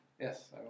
Yes